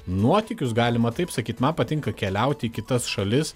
nuotykius galima taip sakyt man patinka keliauti į kitas šalis